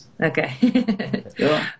Okay